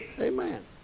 Amen